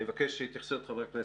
אבקש התייחסויות של חברי הכנסת.